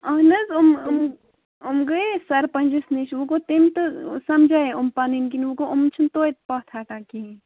اَہن حظ یِم یِم یِم گٔیے سَرپَنٛجَس نِش وۅں گوٚو تٔمۍ تہٕ سَمجایے یِم پَنٕنۍ کِنۍ وۅں گوٚو یِم چھِنہٕ توتہِ پَتھ ہَٹان کِہیٖنۍ